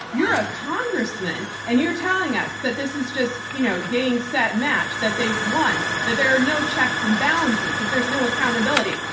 you're a congressman and you're telling us that this is just you know game, set, match. that they've won. that there are no checks and balances. that there's no accountability.